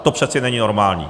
To přece není normální.